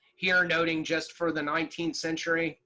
here noting just for the nineteenth century,